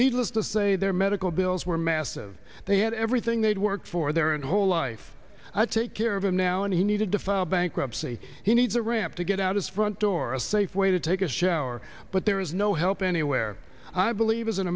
needless to say their medical bills were massive they had everything they'd worked for there and whole life to take care of him now and he needed to file bankruptcy he needs a ramp to get out his front door a safe way to take a shower but there is no help anywhere i believe is an